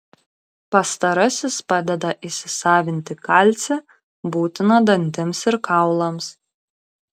pastarasis padeda įsisavinti kalcį būtiną dantims ir kaulams